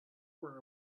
were